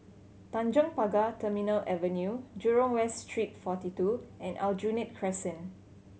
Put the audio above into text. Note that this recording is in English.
Tanjong Pagar Terminal Avenue Jurong West Street Forty Two and Aljunied Crescent